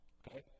okay